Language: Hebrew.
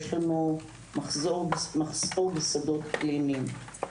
יש לנו מחסור בשדות קליניים.